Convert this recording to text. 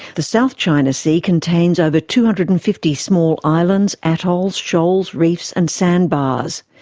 the south china sea contains over two hundred and fifty small islands, atolls, shoals, reefs and sandbars.